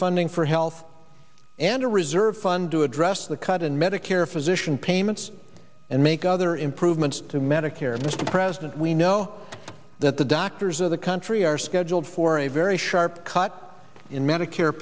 funding for health and a reserve fund to address the cut in medicare physician payments and make other improvements to medicare and mr president we know that the doctors of the country are scheduled for a very sharp cut in medicare